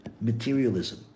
materialism